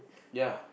ya